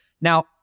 Now